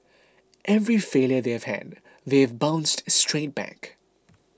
every failure they have had they have bounced straight back